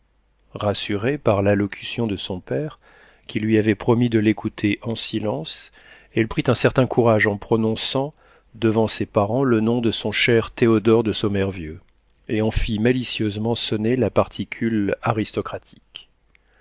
rassurée par l'allocution de son père qui lui avait promis de l'écouter en silence elle prit un certain courage en prononçant devant ses parents le nom de son cher théodore de sommervieux et en fit malicieusement sonner la particule aristocratique